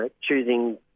choosing